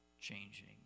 changing